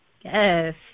Yes